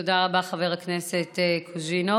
תודה רבה, חבר הכנסת קוז'ינוב.